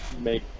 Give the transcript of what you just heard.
make